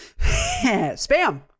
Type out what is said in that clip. Spam